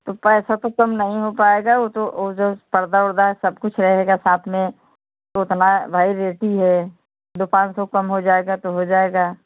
पैसा तो कम नहीं हो पाएगा वह तो वह जो पर्दा वर्दा सब कुछ रहेगा साथ में तो उतना भाई रेट ही है दो पाँच सौ कम हो जाएगा तो हो जाएगा